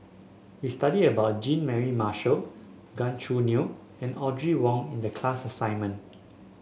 we studied about Jean Mary Marshall Gan Choo Neo and Audrey Wong in the class assignment